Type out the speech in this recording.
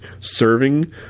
serving